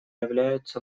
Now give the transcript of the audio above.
являются